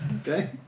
Okay